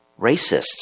racists